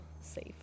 safe